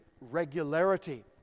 regularity